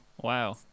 Wow